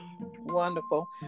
Wonderful